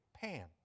Pan